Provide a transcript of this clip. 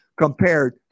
compared